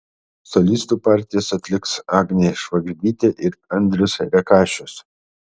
solistų partijas atliks agnė švagždytė ir andrius rekašius